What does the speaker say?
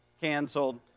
canceled